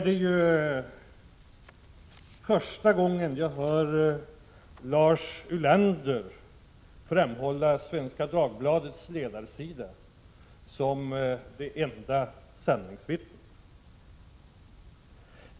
Det är första gången jag hör Lars Ulander framhålla Svenska Dagbladets ledarsida som det enda sanningsvittnet.